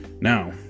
Now